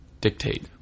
dictate